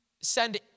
send